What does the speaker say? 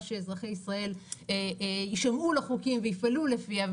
שאזרחי ישראל יישמעו לחוקים ויפעלו לפיהם,